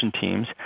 teams